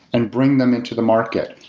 and bring them into the market.